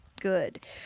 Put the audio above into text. good